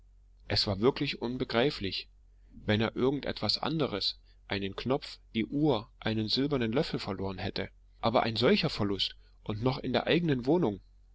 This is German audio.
es war wirklich unbegreiflich wenn er irgend etwas anderes einen knopf die uhr einen silbernen löffel verloren hätte aber ein solcher verlust und noch in der eigenen wohnung